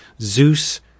Zeus